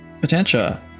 Potentia